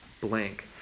blank